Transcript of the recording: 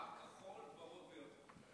רק כחול, ורוד ולבן.